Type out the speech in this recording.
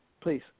Please